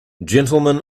gentlemen